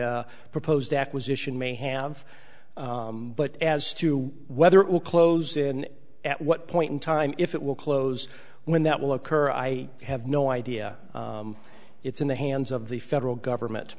proposed acquisition may have but as to whether it will close in at what point in time if it will close when that will occur i have no idea it's in the hands of the federal government